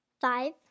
Five